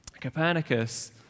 Copernicus